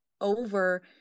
over